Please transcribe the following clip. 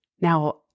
Now